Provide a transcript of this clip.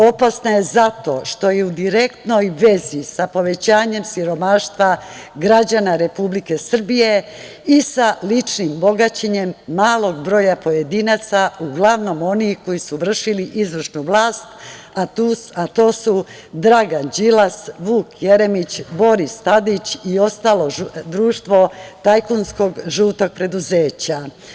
Opasna je zato što je u direktnoj vezi sa povećanjem siromaštva građana Republike Srbije i sa ličnim bogaćenjem malog broja pojedinaca, uglavnom onih koji su vršili izvršnu vlast, a to su Dragan Đilas, Vuk Jeremić, Boris Tadić i ostalo društvo tajkunskog žutog preduzeća